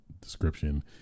description